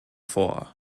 vor